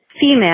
female